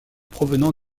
provenant